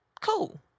cool